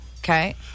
Okay